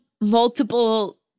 multiple